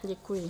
Děkuji.